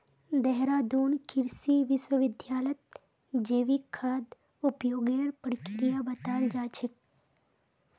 देहरादून कृषि विश्वविद्यालयत जैविक खाद उपयोगेर प्रक्रिया बताल जा छेक